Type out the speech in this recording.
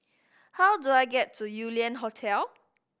how do I get to Yew Lian Hotel